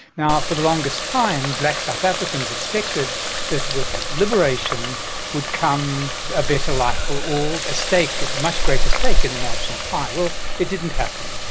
now, for the longest time black south africans expected that with liberation would come a better life for all a stake, a much greater stake in the national pie. well, it didn't happen,